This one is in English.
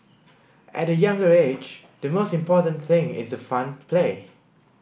at the younger age the most important thing is the fun play